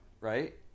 right